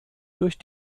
durch